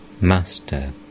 Master